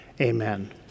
amen